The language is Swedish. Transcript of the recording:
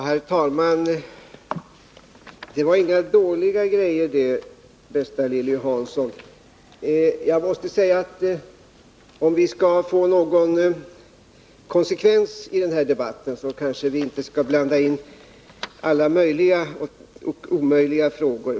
Herr talman! Det var inga dåliga grejer det, bästa Lilly Hansson. Om vi skall få någon konsekvens i den här debatten, kanske vi inte skall blanda in alla möjliga och omöjliga frågor.